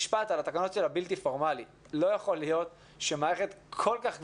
לגבי החינוך הבלתי פורמלי לא יכול להיות שמערכת כל כך כבדה,